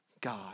God